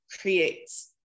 creates